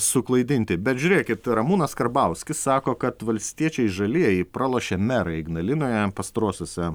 suklaidinti bet žiūrėkit ramūnas karbauskis sako kad valstiečiai žalieji pralošė merą ignalinoje pastaruosiuose